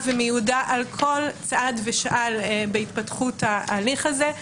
ומיודע על כל צעד ושעל בהתפתחות ההליך הזה,